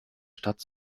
stadt